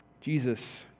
Jesus